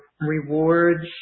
rewards